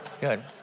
Good